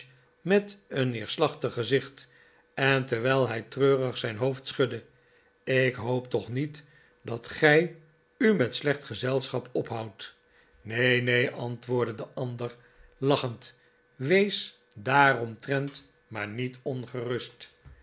met een neerslachtig gezicht en terwijl hij treurig zijn hoofd schudde ik hoop toch niet dat gij u met slecht gezelschap ophoudt neen neen antwoordde de ander lachend wees daaromtrent maar niet ongerust